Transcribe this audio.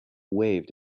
waved